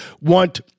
want